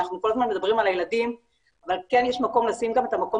אנחנו כל הזמן מדברים על הילדים אבל כן יש מקום לשים גם את המקום